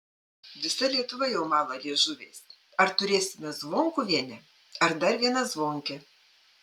visa lietuva jau mala liežuviais ar turėsime zvonkuvienę ar dar vieną zvonkę